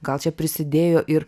gal čia prisidėjo ir